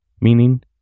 meaning